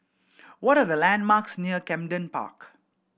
what are the landmarks near Camden Park